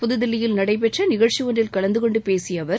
புதுதில்லியில் நடைபெற்ற நிகழ்ச்சி ஒன்றில் கலந்து கொண்டு பேசிய அவர்